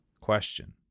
Question